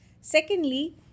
Secondly